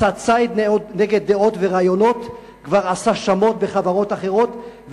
מסע ציד נגד דעות ורעיונות כבר עשה שמות בחברות אחרות,